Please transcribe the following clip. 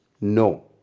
No